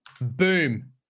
boom